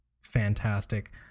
fantastic